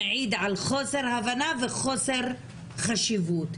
מעיד על חוסר הבנה וחוסר חשיבות.